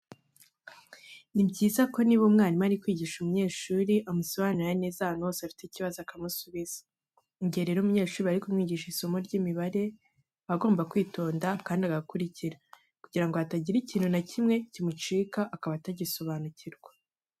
Ni byiza ko niba umwarimu ari kwigisha umunyeshuri amusobanurira neza ahantu hose afite ikibazo akamusubiza. Igihe rero umunyeshuri bari kumwigisha isomo ry'imibare aba agomba kwitonda kandi agakurikira kugira ngo hatagira ikintu na kimwe kimucika akaba atagisobanukirwa.